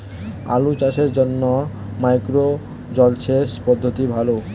আলু চাষের জন্য কি মাইক্রো জলসেচ পদ্ধতি ভালো?